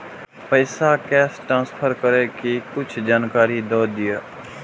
पैसा cash transfer करऐ कि कुछ जानकारी द दिअ